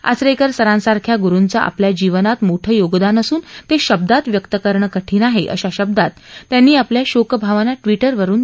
आचरेकर सरांसारख्या गुरुचं आपल्या जीवनात मोठं योगदान असून ते शब्दात व्यक्त करणं कठीण आहे अशा शब्दात त्यांनी आपल्या शोकभावना ट्विटरवरून व्यक्त केल्या